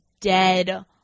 dead